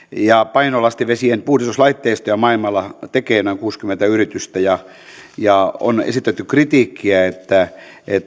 painolastivesien puhdistuslaitteistoja maailmalla tekee noin kuusikymmentä yritystä on esitetty kritiikkiä että